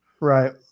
Right